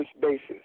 basis